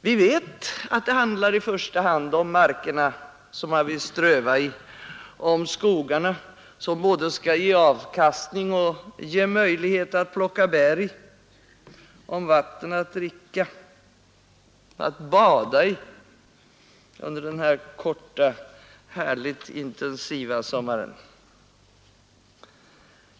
Vi vet att det handlar i första hand om markerna, som man vill ströva i, om skogarna, som både skall ge avkastning och möjlighet till bärplockning, om vatten att dricka och att bada i — under den korta, härligt intensiva sommaren.